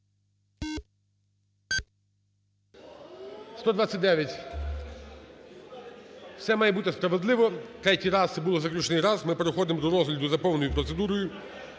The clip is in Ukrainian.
За-129 Все має бути справедливо: третій раз – це було заключний раз. Ми переходимо до розгляду за повною процедурою.